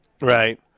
Right